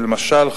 למשל,